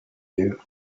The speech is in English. you